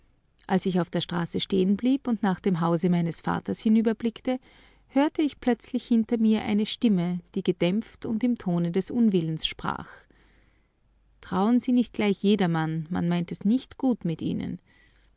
als ich auf der straße stehenblieb und nach dem hause meines vaters hinüberblickte hörte ich plötzlich hinter mir eine stimme die gedämpft und im tone des unwillens sprach trauen sie nicht gleich jedermann man meint es nicht gut mit ihnen